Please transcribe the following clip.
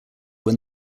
when